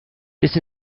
this